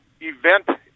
event